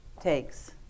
takes